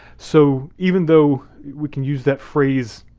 so even though we can use that phrase,